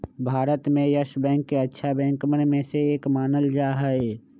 भारत में Yes Bank के अच्छा बैंकवन में से एक मानल जा हई